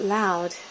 loud